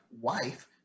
wife